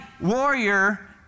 warrior